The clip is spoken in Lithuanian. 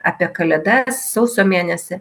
apie kalėdas sausio mėnesį